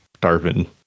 Darwin